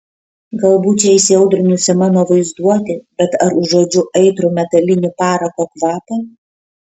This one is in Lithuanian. galbūt čia įsiaudrinusi mano vaizduotė bet ar užuodžiu aitrų metalinį parako kvapą